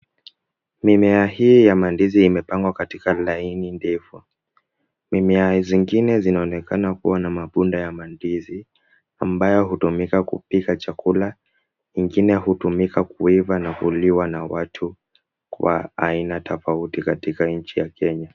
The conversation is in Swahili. Mimea hii ya mandizi imepangwa katika laini ndefu. Mimea zingine zinaonekana kuwa na mabunda ya mandizi ambayo hutumika kupika chakula ingine hutumika kuiva na kuliwa na watu wa aina tofauti katika nchi ya Kenya.